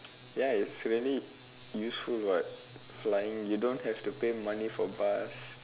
ya it's really useful what flying you don't really have to pay money for bus